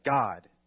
God